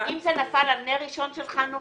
אם זה נפל על נר ראשון של חנוכה,